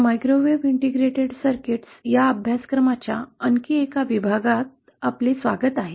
microwave integrated circuits या अभ्यासक्रमाच्या आणखी एका विभागात आपले स्वागत आहे